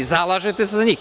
Zalažete se za njih.